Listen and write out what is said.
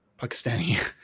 Pakistani